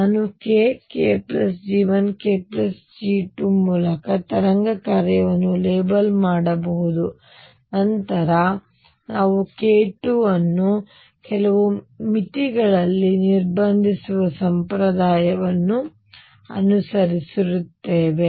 ಹಾಗಾಗಿ ನಾನು k kG1 kG2 ಮೂಲಕ ತರಂಗ ಕಾರ್ಯವನ್ನು ಲೇಬಲ್ ಮಾಡಬಹುದು ಮತ್ತು ನಂತರ ನಾವು k 2 ಅನ್ನು ಕೆಲವು ಮಿತಿಗಳಲ್ಲಿ ನಿರ್ಬಂಧಿಸುವ ಸಂಪ್ರದಾಯವನ್ನು ಅನುಸರಿಸುತ್ತೇವೆ